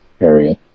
area